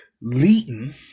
Leighton